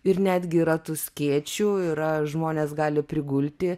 ir netgi yra tų skėčių yra žmonės gali prigulti